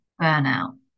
burnout